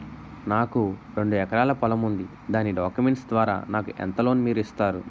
నాకు రెండు ఎకరాల పొలం ఉంది దాని డాక్యుమెంట్స్ ద్వారా నాకు ఎంత లోన్ మీరు ఇస్తారు?